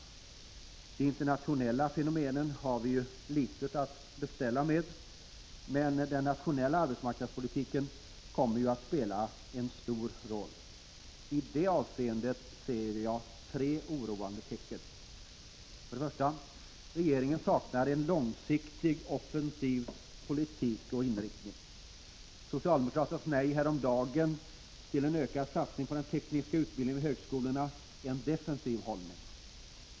Med de internationella fenomenen 'har vi litet att beställa, men den nationella arbetsmarknadspolitiken kommer att spela en stor roll. I det avseendet ser jag tre oroande tecken: 1. Regeringens politik saknar en långsiktig offensiv inriktning. Socialdemokraternas nej häromdagen till ökad satsning på den tekniska utbildningen vid högskolorna är en defensiv hållning.